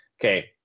Okay